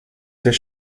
fait